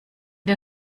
der